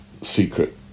secret